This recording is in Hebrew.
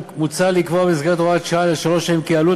מוצע לקבוע במסגרת הוראת שעה לשלוש שנים כי עלות